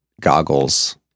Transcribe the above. goggles